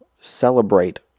celebrate